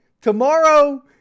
Tomorrow